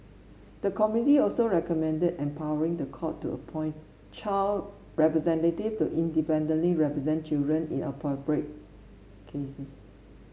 the committee also recommended empowering the court to appoint child representatives to independently represent children in appropriate cases